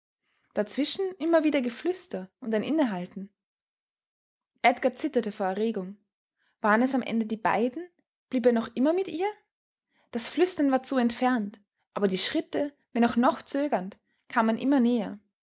dazwischen immer wieder geflüster und ein innehalten edgar zitterte vor erregung waren es am ende die beiden blieb er noch immer mit ihr das flüstern war zu entfernt aber die schritte wenn auch noch zögernd kamen immer näher